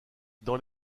dans